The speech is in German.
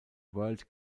world